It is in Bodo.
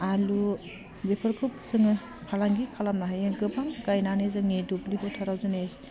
आलु बेफोरखौ जोङो फालांगि खालामनो हायो गोबां गायनानै जोंनि दुब्लि फोथाराव दिनै